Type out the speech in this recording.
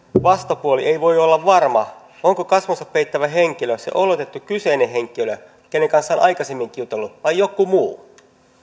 vastapuoli ei voi olla varma onko kasvonsa peittävä henkilö se oletettu kyseinen henkilö kenen kanssa on aikaisemminkin jutellut vai joku muu